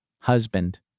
husband